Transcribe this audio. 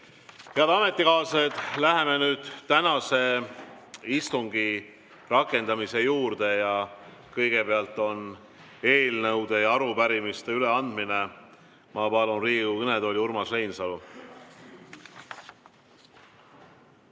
Head ametikaaslased! Läheme nüüd tänase istungi rakendamise juurde. Kõigepealt on eelnõude ja arupärimiste üleandmine. Ma palun Riigikogu kõnetooli Urmas Reinsalu.